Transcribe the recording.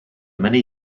many